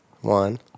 One